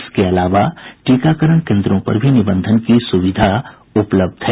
इसके अलावा टीकाकरण केन्द्रों पर भी निबंधन की सुविधा उपलब्ध है